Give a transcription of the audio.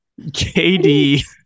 KD